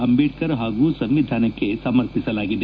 ಅಂಬೇಡ್ನರ್ ಹಾಗೂ ಸಂವಿಧಾನಕ್ಕೆ ಸಮರ್ಪಿಸಲಾಗಿದೆ